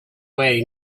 way